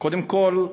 קודם כול,